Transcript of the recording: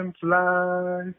fly